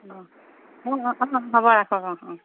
অ' হ'ব ৰাখক অঁ অঁ